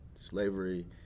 slavery